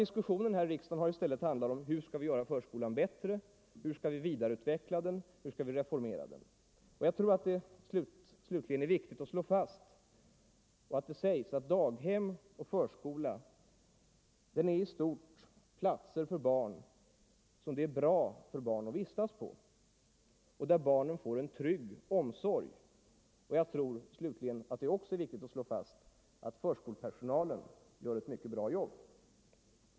Diskussionen här i riksdagen har i stället handlat om hur vi skall göra förskolan bättre, vidareutveckla den och reformera den. Det är så lunda viktigt att slå fast att daghem och förskola är i stort miljöer för barn, som det är bra för barn att vistas i och där barnen får en trygg omsorg. Det är också viktigt att slå fast att förskolepersonalen gör ett mycket bra jobb.